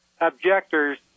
objectors